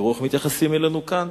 תראו איך מתייחסים אלינו כאן,